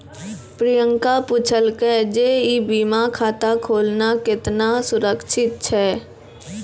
प्रियंका पुछलकै जे ई बीमा खाता खोलना केतना सुरक्षित छै?